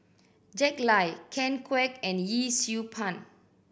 Jack Lai Ken Kwek and Yee Siew Pun